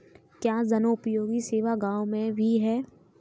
क्या जनोपयोगी सेवा गाँव में भी है?